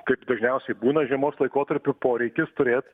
kaip dažniausiai būna žiemos laikotarpiu poreikis turėt